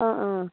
অঁ অঁ